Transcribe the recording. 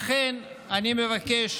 לכן אני מבקש